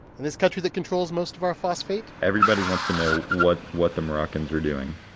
and this country that controls most of our phosphate. everybody wants to know what what the moroccans are doing.